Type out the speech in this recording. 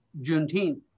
juneteenth